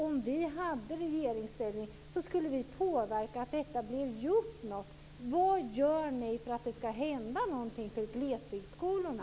Om vi hade regeringsställning skulle vi påverka att något blir gjort. Vad gör ni för att det skall hända något när det gäller glesbygdsskolorna?